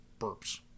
burps